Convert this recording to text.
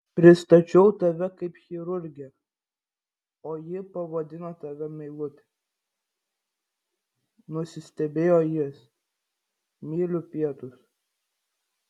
pristačiau tave kaip chirurgę o ji pavadino tave meilute nusistebėjo jis myliu pietus